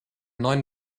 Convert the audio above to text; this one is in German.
neuen